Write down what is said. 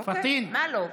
מה לא?